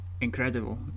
incredible